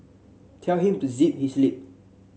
tell him to zip his lip